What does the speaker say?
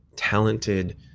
talented